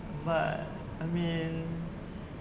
but I mean